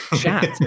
chat